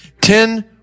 ten